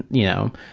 you know,